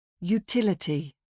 Utility